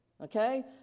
Okay